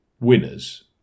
winners